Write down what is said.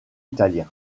italien